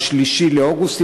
3 באוגוסט,